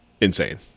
insane